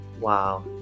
Wow